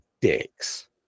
dicks